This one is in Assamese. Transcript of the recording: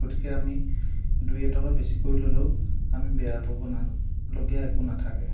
গতিকে আমি দুই এটকা বেছিকৈ ল'লেও আমি বেয়া পাব লগীয়া একো নাথাকে